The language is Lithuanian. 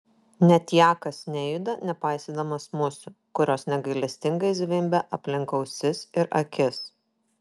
net jakas nejuda nepaisydamas musių kurios negailestingai zvimbia aplink ausis ir akis